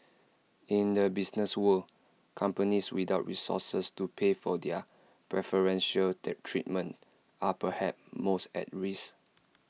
in the business world companies without resources to pay for their preferential treatment are perhaps most at risk